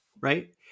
right